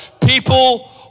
people